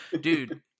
Dude